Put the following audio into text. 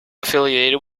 affiliated